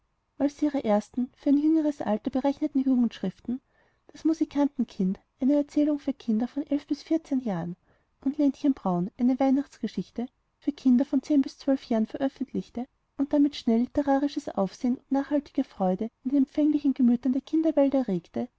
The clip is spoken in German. als sie ihre ersten für ein jüngeres alter berechneten jugendschriften das musikantenkind eine erzählung für kinder von bis jahren und lenchen braun eine weihnachtsgeschichte für kinder von zehn bis zwölf jahren veröffentlichte und damit schnell litterarisches aufsehen und nachhaltige freude in den empfänglichen gemütern der kinderwelt erregte